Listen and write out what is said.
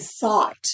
thought